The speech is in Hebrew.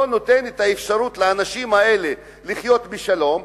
לא נותן את האפשרות לאנשים האלה לחיות בשלום.